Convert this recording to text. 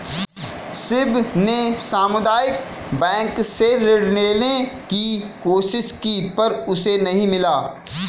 शिव ने सामुदायिक बैंक से ऋण लेने की कोशिश की पर उसे नही मिला